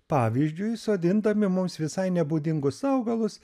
pavyzdžiui sodindami mums visai nebūdingus augalus